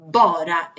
bara